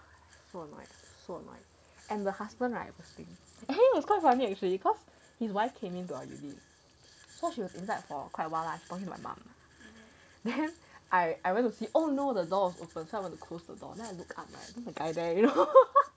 so annoyed and the husband right is quite funny actually cause his wife came into our unit so she was inside for quite awhile lah she talking to my mum then I I went to see oh no the doors open so I went to close the door then I looked up right then the guy there you know either you know